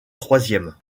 troisième